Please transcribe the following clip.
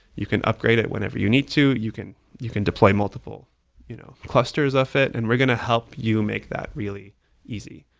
you can upgrade it whenever you need to. you can you can deploy multiple you know clusters of it and we're going to help you make that really easy.